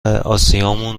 آسیامون